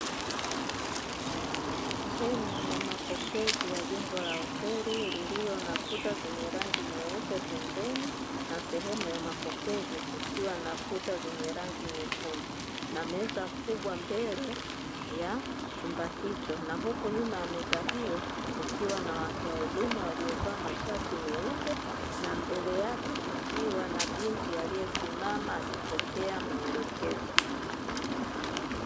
Sehemu ya mapokezi ya jengo la hoteli lililo na kuta zenye rangi nyeupe pembeni, na sehemu ya mapokezi kukiwa na kuta zenye rangi nyekundu. Na meza kubwa mbele ya chumba hicho, na huku nyuma ya meza hiyo kukiwa na watoa huduma waliovaa mashati meupe; na mbele yake kukiwa na binti aliyesimama akipokea maelekezo.